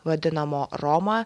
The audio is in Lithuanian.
vadinamo roma